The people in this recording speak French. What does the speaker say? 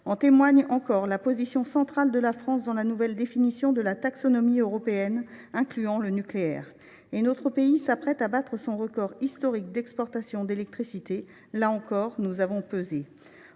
En témoigne encore la position centrale de la France dans la nouvelle définition de la taxonomie européenne incluant le nucléaire. Notre pays s’apprête d’ailleurs à battre son record d’exportation d’électricité. Là encore, nous avons pesé